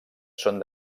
són